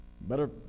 Better